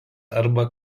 arba